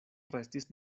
restis